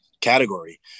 category